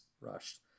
rushed